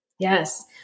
Yes